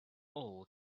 all